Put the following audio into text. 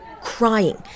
crying